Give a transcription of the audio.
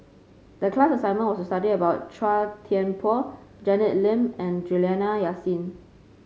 the class assignment was to study about Chua Thian Poh Janet Lim and Juliana Yasin